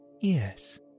yes